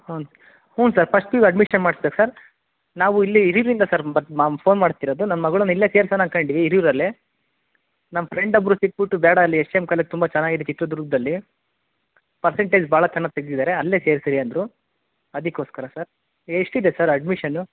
ಹೂನ್ ಹೂನ್ sir first P U admission ಮಾಡ್ಸ್ಬೇಕು sir ನಾವು ಇಲ್ಲಿ ಹಿರಿಯೂರಿಂದ ಸರ್ ಬ ನಾನು ಫೋನ್ ಮಾಡ್ತಿರೋದು ನನ್ನ ಮಗಳನ್ನು ಇಲ್ಲೇ ಸೇರಿಸೋಣ ಅಂದ್ಕೊಂಡ್ವಿ ಹಿರಿಯೂರಲ್ಲೇ ನಮ್ಮ ಫ್ರೆಂಡ್ ಒಬ್ಬರು ಸಿಕ್ಬಿಟ್ಟು ಬೇಡ ಅಲ್ಲಿ ಎಸ್ ಡಿ ಎಮ್ ಕಾಲೇಜ್ ತುಂಬ ಚೆನ್ನಾಗಿದೆ ಚಿತ್ರದುರ್ಗದಲ್ಲಿ ಪರ್ಸೆಂಟೇಜ್ ಬಹಳ ಚೆನ್ನಾಗಿ ತೆಗ್ದಿದ್ದಾರೆ ಅಲ್ಲೇ ಸೇರ್ಸ್ರಿ ಅಂದರು ಅದಕ್ಕೋಸ್ಕರ ಸರ್ ಎಷ್ಟಿದೆ ಸರ್ ಅಡ್ಮಿಷನು